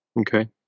Okay